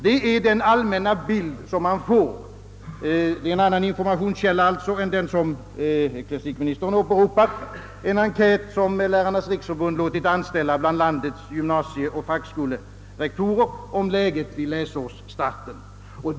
Det är den allmänna bild som man får av en annan informationskälla än den som ecklesiastikministern åberopat, nämligen en enkät som Lärarnas riksförbund låtit anställa bland landets gymnasieoch fackskolerektorer om läget vid läsårsstarten.